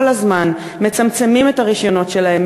כל הזמן מצמצמים את הרישיונות שלהם,